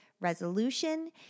resolution